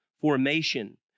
Formation